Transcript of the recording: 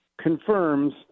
confirms